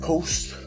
post